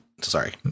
sorry